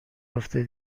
افته